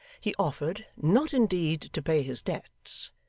he offered not indeed to pay his debts,